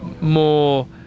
more